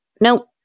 nope